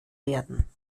werden